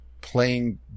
playing